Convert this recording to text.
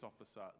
officer